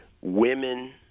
women